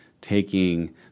taking